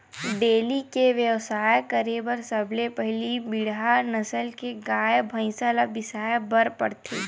dairy के बेवसाय करे बर सबले पहिली बड़िहा नसल के गाय, भइसी ल बिसाए बर परथे